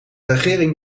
regering